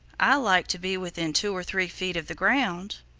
i like to be within two or three feet of the ground.